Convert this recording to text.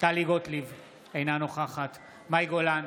טלי גוטליב, אינה נוכחת מאי גולן,